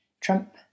Trump